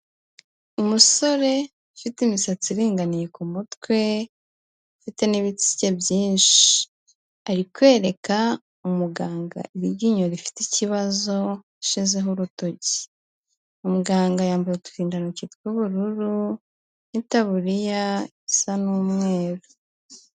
Umusore ufite imisatsi iringaniye ku mutwe, ufite n'ibitsike byinshi, ari kwereka umuganga iri ryinyo rifite ikibazo ashyizeho urutoki. Umuganga yambaye uturindantoki tw'ubururu n'itaburiya isa n'umweru.